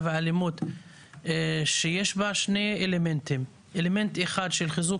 ואלימות שיש בה שני אלמנטים: אלמנט אחד של חיזוק